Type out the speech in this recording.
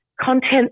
content